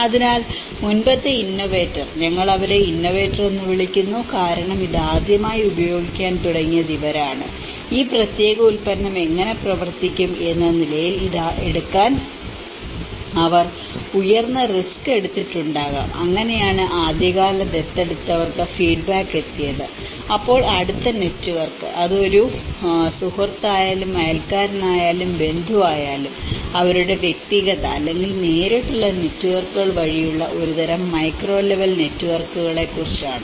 അതിനാൽ മുമ്പത്തെ ഇന്നോവേറ്റർ ഞങ്ങൾ അവരെ ഇന്നോവേറ്റർ എന്ന് വിളിക്കുന്നു കാരണം ഇത് ആദ്യമായി ഉപയോഗിക്കാൻ തുടങ്ങിയത് ഇവരാണ് ഈ പ്രത്യേക ഉൽപ്പന്നം എങ്ങനെ പ്രവർത്തിക്കും എന്ന നിലയിൽ ഇത് എടുക്കാൻ അവർ ഉയർന്ന റിസ്ക് എടുത്തിട്ടുണ്ടാകാം അങ്ങനെയാണ് ആദ്യകാല ദത്തെടുക്കുന്നവർക്ക് ഫീഡ്ബാക്ക് എത്തിയത് അപ്പോൾ അടുത്ത നെറ്റ്വർക്ക് അത് ഒരു സുഹൃത്തായാലും അയൽക്കാരനായാലും ബന്ധുവായാലും അവരുടെ വ്യക്തിഗത അല്ലെങ്കിൽ നേരിട്ടുള്ള നെറ്റ്വർക്കുകൾ വഴിയുള്ള ഒരുതരം മൈക്രോ ലെവൽ നെറ്റ്വർക്കുകളെക്കുറിച്ചാണ്